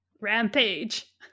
Rampage